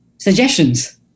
suggestions